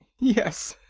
yes.